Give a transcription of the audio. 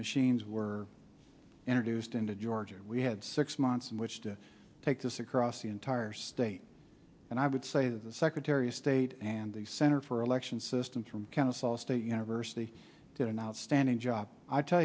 machines were introduced into georgia we had six months in which to take this across the entire state and i would say the secretary of state and the center for election systems from kansas all state university did an outstanding job i tell